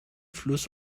fluss